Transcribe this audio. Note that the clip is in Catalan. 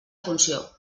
funció